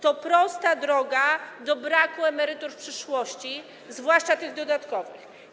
To prosta droga do braku emerytur w przyszłości, zwłaszcza tych dodatkowych.